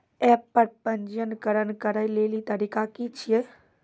App पर पंजीकरण करै लेली तरीका की छियै?